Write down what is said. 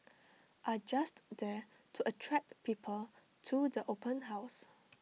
are just there to attract people to the open house